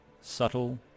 subtle